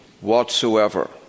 whatsoever